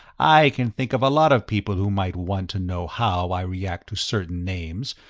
i can think of a lot of people who might want to know how i react to certain names,